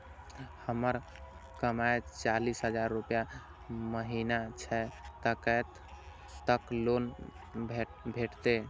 हमर कमाय चालीस हजार रूपया महिना छै कतैक तक लोन भेटते?